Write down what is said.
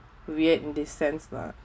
weird in the sense lah